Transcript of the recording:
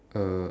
uh